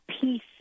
peace